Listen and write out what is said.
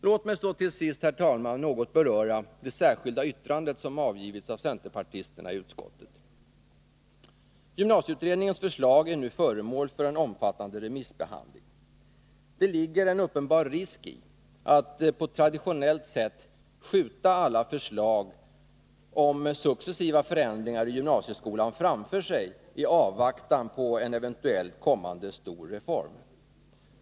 Låt mig till sist, herr talman, något beröra det särskilda yttrande som avgivits av centerpartisterna i utskottet. Gymnasieutredningens förslag är nu föremål för en omfattande remissbehandling. Det ligger en uppenbar risk i att på traditionellt sätt skjuta alla förslag om successiva förändringar i gymnasieskolan framför sig i avvaktan på en eventuellt kommande stor reform.